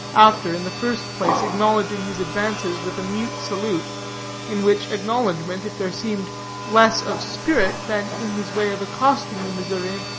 after, in the first place, acknowledging his advances with a mute salute in which acknowledgment, if there seemed less of spirit than in his way of accosting the missourian,